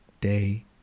day